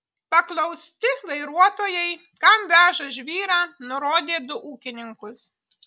paklausti vairuotojai kam veža žvyrą nurodė du ūkininkus